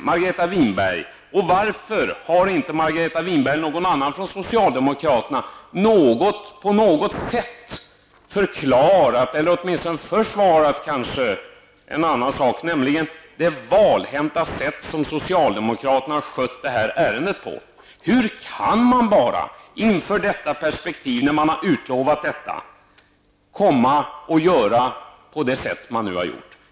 Men varför har inte Margareta Winberg eller någon annan från socialdemokraterna på något sätt förklarat eller åtminstone försvarat det valhänta sätt som socialdemokraterna skött det här ärendet på? Hur kan man bara, inför ett perspektiv då man har utlovat detta, komma och göra på det sätt som man nu har gjort?